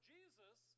Jesus